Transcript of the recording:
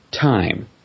time